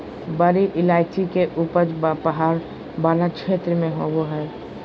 बड़ी इलायची के उपज पहाड़ वाला क्षेत्र में होबा हइ